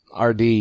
rd